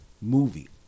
movie